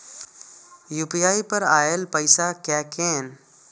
UPI पर आएल पैसा कै कैन?